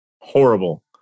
horrible